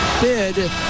bid